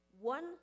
One